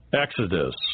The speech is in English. Exodus